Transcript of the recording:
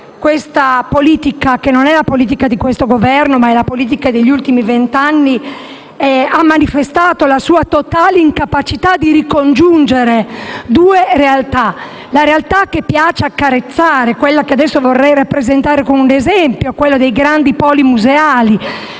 Questa politica, che è non solo di questo Governo ma degli ultimi vent'anni, ha manifestato la sua totale incapacità di ricongiungere due realtà: la realtà che piace accarezzare, quella che adesso vorrei rappresentare con l'esempio dei grandi poli museali